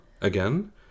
again